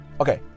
okay